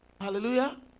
Hallelujah